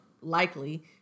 likely